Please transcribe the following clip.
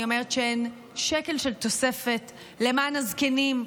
אני אומרת שאין שקל של תוספת למען הזקנים,